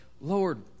lord